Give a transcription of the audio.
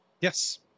Yes